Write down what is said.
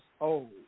old